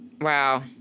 wow